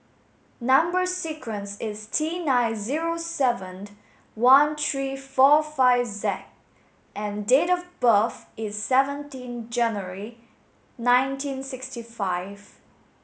number sequence is T nine zero seven one three four five Z and date of birth is seventeen January nineteen sixty five